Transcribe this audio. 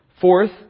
Fourth